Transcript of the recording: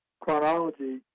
chronology